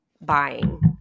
buying